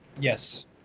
Yes